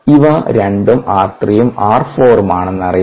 ഇവ രണ്ടും r 3 ഉം r 4 ഉം ആണെന്ന് അറിയാം